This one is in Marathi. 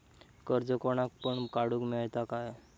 कर्ज कोणाक पण काडूक मेलता काय?